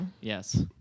Yes